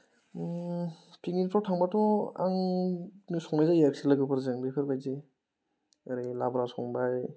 ओम पिकनिकफ्राव थांबाथ' आंनो संनाय जायो आरोखि लोगोफोरजों बेफोरबायदि ओरैनो लाब्रा संबाय